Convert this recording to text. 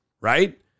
right